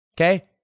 okay